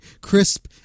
crisp